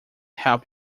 help